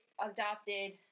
adopted